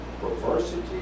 perversity